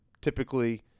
typically